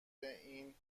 این